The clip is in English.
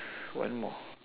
one more